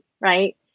right